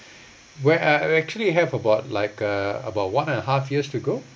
where are I actually have about like uh about one and a half years to go